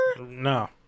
No